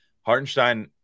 Hartenstein